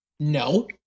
No